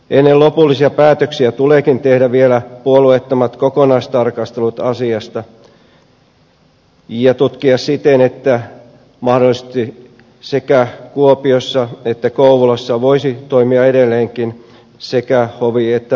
ennen lopullisia päätöksiä tuleekin tehdä vielä puolueettomat kokonaistarkastelut asiasta ja tutkia siten että mahdollisesti sekä kuopiossa että kouvolassa voisi toimia edelleenkin sekä hovi että hallinto oikeus